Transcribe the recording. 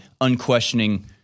unquestioning